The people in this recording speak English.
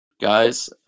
guys